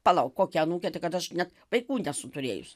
palauk kokia anūkė tai kad aš net vaikų nesu turėjus